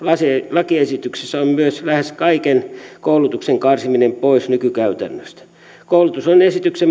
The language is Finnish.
lakiesityksessä on myös lähes kaiken koulutuksen karsiminen pois nykykäytännöstä koulutus on esityksen